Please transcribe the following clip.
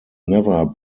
never